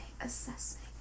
assessing